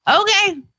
Okay